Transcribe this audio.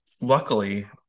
Luckily